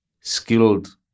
skilled